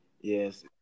Yes